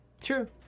true